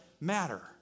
matter